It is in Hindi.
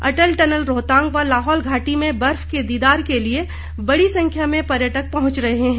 अटल टनल रोहतांग व लाहौल घाटी में बर्फ के दीदार के लिए बड़ी संख्या में पर्यटक पहुंच रहे हैं